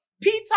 Peter